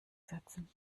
setzen